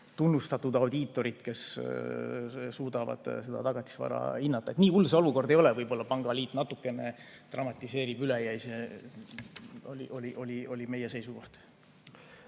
tunnustatud audiitorid, kes suudavad seda tagatisvara hinnata. Nii hull see olukord ei ole, võib-olla pangaliit natukene dramatiseerib üle. See oli meie seisukoht.